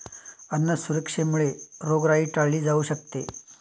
अन्न सुरक्षेमुळे रोगराई टाळली जाऊ शकते